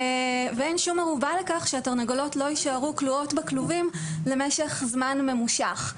אין שום ערובה לכך שהתרנגולות לא יישארו כלואות בכלובים למשך זמן ממושך.